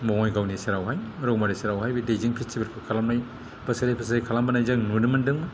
बङाइगावनि सेरावहाय रौमारि सेरावहाय बे दैजिं फेस्टिभेलखौ खालामनाय बा फेस्टिभेल टेस्टिभेल खालामबोनाय जों नुनो मोन्दों